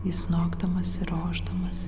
jis nokdamas ir ošdamas